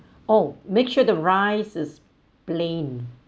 oh make sure the rice is plain